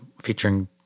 featuring